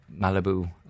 Malibu